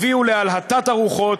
הביאו להלהטת הרוחות,